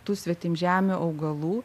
tų svetimžemių augalų